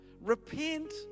repent